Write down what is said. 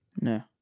no